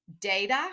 data